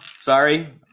Sorry